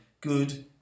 good